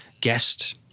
guest